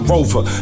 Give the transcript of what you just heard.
Rover